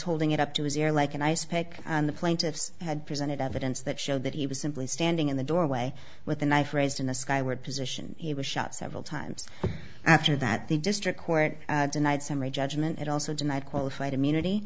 holding it up to his ear like an ice pick and the plaintiffs had presented evidence that showed that he was simply standing in the doorway with a knife raised in the sky what position he was shot several times after that the district court denied summary judgment and also denied qualified immunity